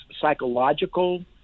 psychological